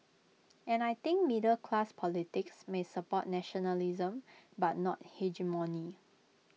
and I think middle class politics may support nationalism but not hegemony